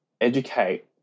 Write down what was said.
educate